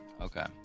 okay